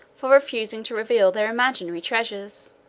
for refusing to reveal their imaginary treasures.